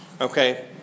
Okay